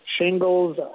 shingles